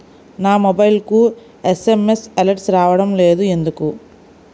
నా మొబైల్కు SMS alerts రావడం లేదు ఎందుకు?